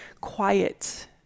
quiet